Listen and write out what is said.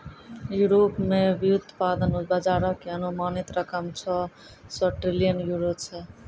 Europe मे व्युत्पादन बजारो के अनुमानित रकम छौ सौ ट्रिलियन यूरो छै